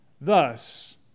Thus